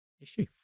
issue